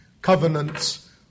covenants